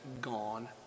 gone